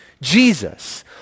Jesus